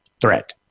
threat